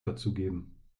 dazugeben